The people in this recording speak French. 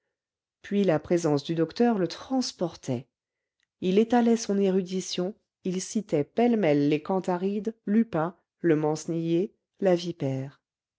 puis la présence du docteur le transportait il étalait son érudition il citait pêle-mêle les cantharides l'upas le mancenillier la vipère